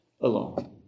alone